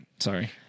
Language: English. Sorry